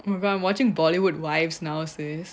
I'm watching bollywood wives now sis